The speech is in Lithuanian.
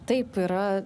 taip yra